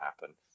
happen